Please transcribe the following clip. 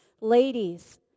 ladies